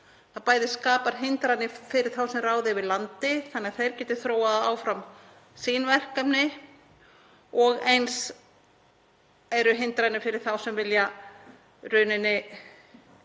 bæði skapar hindranir fyrir þá sem ráða yfir landi þannig að þeir geti þróað áfram sín verkefni og eins eru hindranir fyrir þá sem vilja kaupa